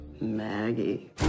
maggie